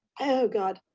oh god.